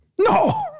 No